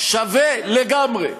שווה לגמרי,